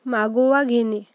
मागोवा घेणे